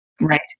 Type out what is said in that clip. Right